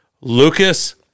Lucas